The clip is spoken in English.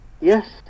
Yes